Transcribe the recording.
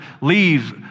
leaves